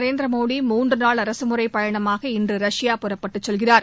நரேந்திர மோடி மூன்று நாள் அரசுமுறை பயணமாக இன்று ரஷ்யா புறப்பட்டுச் செல்கிறார்